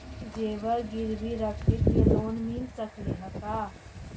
जेबर गिरबी रख के लोन मिल सकले हे का?